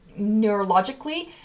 neurologically